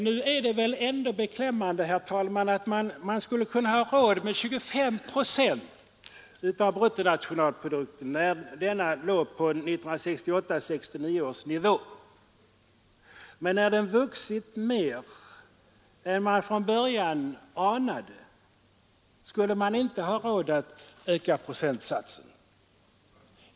Nu är det väl ändå beklämmande, herr talman, att man skulle kunna ha råd med 1 procent av bruttonationalprodukten, när denna låg på 1968/69 års nivå, men när den vuxit mer än man från början anade skulle man inte ha råd att klara den procentsatsen.